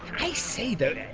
i say, though,